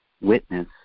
witness